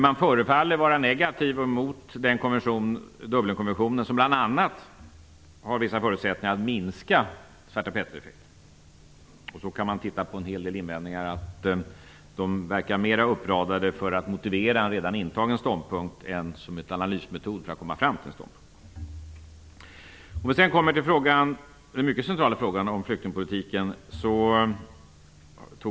Man förefaller vara negativ till och mot Dublinkonventionen, som bl.a. har vissa förutsättningar att minska Svarte Petter-effekten. Man kan också titta på en hel del invändningar. De verkar mera vara uppradade för att motivera en redan intagen ståndpunkt i stället för att vara en analysmetod för att komma fram till en ståndpunkt. Sedan kommer jag till den mycket centrala frågan om flyktingpolitiken.